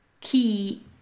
key